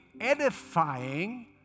edifying